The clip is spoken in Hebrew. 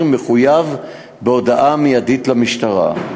היה נתון מחויב בהודעה מיידית למשטרה.